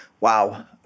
Wow